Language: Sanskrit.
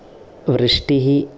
वृष्टिः